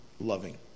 loving